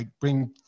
bring